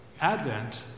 Advent